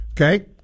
Okay